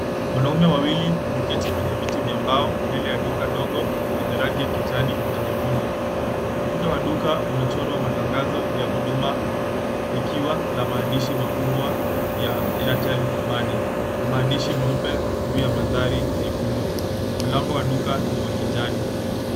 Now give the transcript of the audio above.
Wanaume wawili wameketi kwenye viti vya mbao, mbele ya duka dogo lenye rangi ya kijani na nyekundu ukuta wa duka umechorwa matangazo ya huduma likiwa la maandishi makubwa ya Airtel Money maandishi meupe juu ya mandhari nyekundu, mlango wa duka ni wa kijani.